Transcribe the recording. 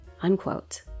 unquote